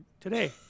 today